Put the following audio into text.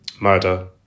murder